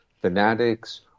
fanatics